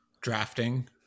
drafting